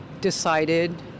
decided